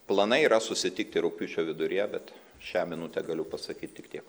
planai yra susitikti rugpjūčio viduryje bet šią minutę galiu pasakyt tik tiek